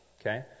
okay